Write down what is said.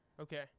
Okay